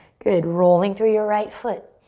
good, rolling through your right foot.